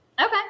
Okay